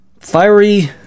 fiery